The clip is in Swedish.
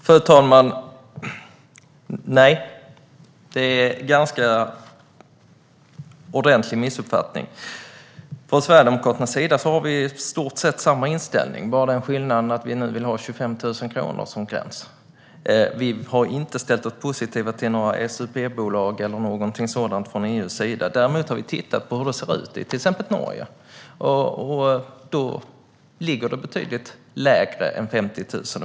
Fru talman! Nej, det är en ordentlig missuppfattning. Vi i Sverigedemokraterna har i stort sett samma inställning - med skillnaden att vi nu vill ha 25 000 kronor som gräns. Vi har inte ställt oss positiva till några SUP-bolag eller något sådant från EU:s sida. Däremot har vi tittat på hur det ser ut i till exempel Norge. Där är det betydligt lägre än 50 000.